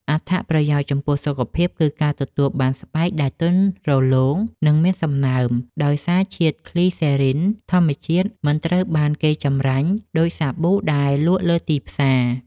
អត្ថប្រយោជន៍ចំពោះសុខភាពគឺការទទួលបានស្បែកដែលទន់រលោង និងមានសំណើម ដោយសារជាតិគ្លីសេរីនធម្មជាតិមិនត្រូវបានគេចម្រាញ់ចេញដូចសាប៊ូដែលលក់លើទីផ្សារ។